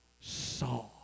saw